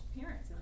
parents